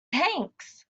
thanks